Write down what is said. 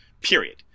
Period